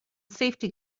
safety